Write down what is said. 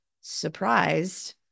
surprised